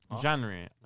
January